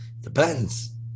depends